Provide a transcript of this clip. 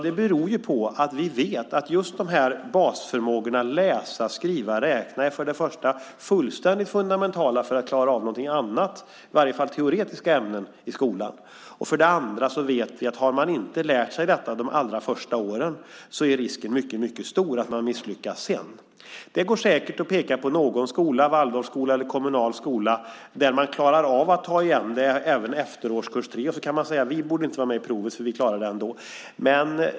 Det beror på att vi för det första vet att just basförmågorna läsa, skriva och räkna är fullständigt fundamentala för att klara av någonting annat, i varje fall i teoretiska ämnen i skolan. För det andra vet vi att om eleverna inte har lärt sig detta de allra första åren är risken mycket stor att de sedan misslyckas. Det går säkert att peka på någon skola, Waldorfskola eller kommunal skola, där man klarar av att ta igen det även efter årskurs 3. De kanske säger: Vi borde inte vara med i provet, för vi klarar det ändå.